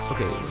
Okay